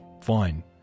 fine